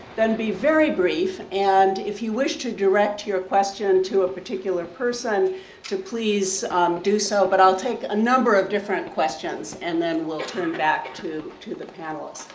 then be very brief. and if you wish to direct your question to a particular person to please do so. but i'll take a number of different questions and then we'll turn back to to the panelists.